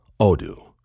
Odoo